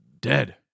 dead